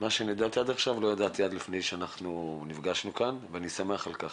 מה שאני יודע עכשיו לא ידעתי לפני שנפגשנו כאן ואני שמח על כך.